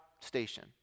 station